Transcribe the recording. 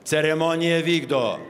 ceremoniją vykdo